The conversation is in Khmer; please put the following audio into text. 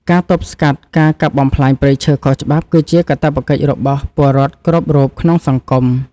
ការទប់ស្កាត់ការកាប់បំផ្លាញព្រៃឈើខុសច្បាប់ គឺជាកាតព្វកិច្ចរបស់ពលរដ្ឋល្អគ្រប់រូបក្នុងសង្គម។